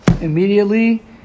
immediately